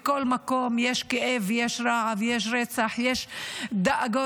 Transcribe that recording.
בכל מקום יש כאב, יש רעב, יש רצח, יש דאגות.